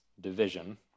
division